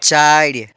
चारि